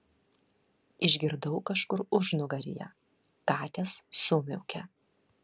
išgirdau kažkur užnugaryje katės sumiaukė